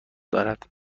دارد